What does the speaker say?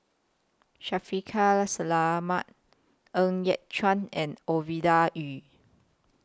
Shaffiq Selamat Ng Yat Chuan and Ovidia Yu